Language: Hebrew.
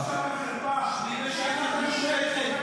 לא, אתה תאפשר לי להשלים את המשפט.